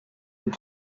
that